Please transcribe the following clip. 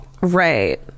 right